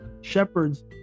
shepherds